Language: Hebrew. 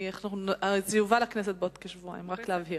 זה יובא לכנסת בעוד כשבועיים, רק להבהיר.